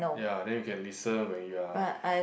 ya then you can listen when you are